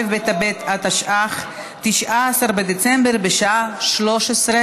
התשע"ז 2016. הודעה לסגן מזכירת הכנסת.